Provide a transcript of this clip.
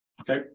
Okay